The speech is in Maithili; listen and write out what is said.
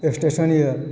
स्टेशन यऽ